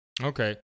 Okay